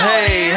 Hey